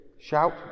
shout